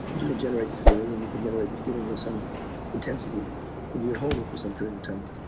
you can generate the feeling, and you can generate the feeling with some intensity and you can and hold it for some period of time.